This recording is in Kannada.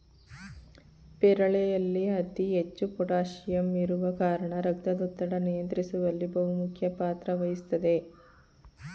ಪೇರಳೆಯಲ್ಲಿ ಅತಿ ಹೆಚ್ಚು ಪೋಟಾಸಿಯಂ ಇರುವ ಕಾರಣ ರಕ್ತದೊತ್ತಡ ನಿಯಂತ್ರಿಸುವಲ್ಲಿ ಬಹುಮುಖ್ಯ ಪಾತ್ರ ವಹಿಸ್ತದೆ